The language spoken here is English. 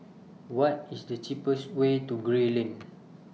What IS The cheapest Way to Gray Lane